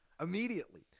Immediately